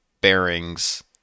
bearings